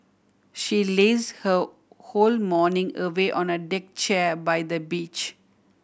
she laze her whole morning away on a deck chair by the beach